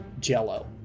jello